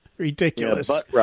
ridiculous